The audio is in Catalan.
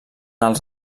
els